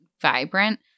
vibrant